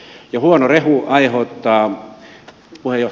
ja huono rehu aiheuttaa